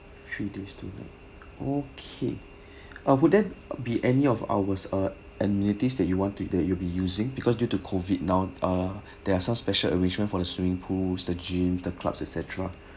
three days two night okay ah would there be any of our uh amenities that you want to that you'll using because due to COVID now ah there are some special arrangement for the swimming pools the gym the clubs etcetera